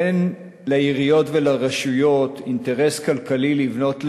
אין לעיריות ולרשויות אינטרס כלכלי לבנות למגורים,